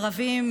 ערבים,